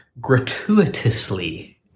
gratuitously